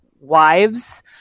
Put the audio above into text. wives